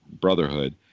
brotherhood